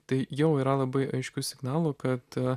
tai jau yra labai aiškių signalų kad